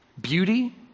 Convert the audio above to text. Beauty